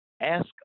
Ask